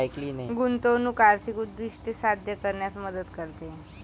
गुंतवणूक आर्थिक उद्दिष्टे साध्य करण्यात मदत करते